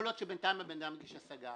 יכול להיות שבינתיים הבן אדם הגיש השגה,